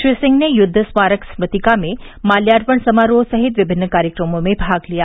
श्री सिंह ने युद्ध स्मारक स्मृतिका में माल्यार्पण समारोह सहित विभिन्न कार्यक्रमों में भाग लिया